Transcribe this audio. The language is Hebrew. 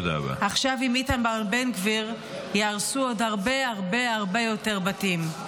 עכשיו עם איתמר בן גביר ייהרסו עוד הרבה הרבה הרבה יותר בתים,